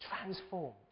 transformed